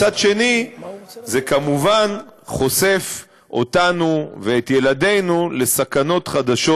מצד שני זה כמובן חושף אותנו ואת ילדינו לסכנות חדשות,